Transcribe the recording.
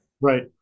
Right